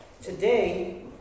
Today